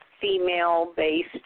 female-based